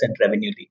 revenue